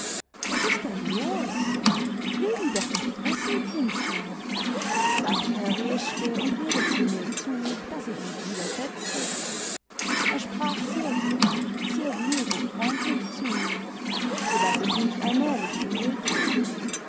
was ist denn los ich will sie doch nicht fressen kindchen sagte herr reschke und redete mir zu daß ich mich wieder setzte er sprach sehr gut sehr ruhig und freundlich zu mir so daß ich mich allmählich beruhigte